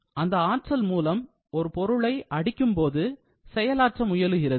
அந்த ஆற்றல் மூலம் ஒரு பொருளை அடிக்கும்போது செயலாற்ற முயலுகிறது